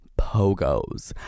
pogos